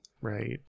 right